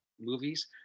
movies